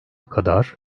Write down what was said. kadar